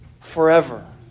forever